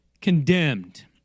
condemned